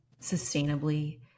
sustainably